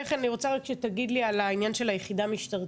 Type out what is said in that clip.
כן אני רוצה רק שתגיד לי על העניין של היחידה המשטרתית,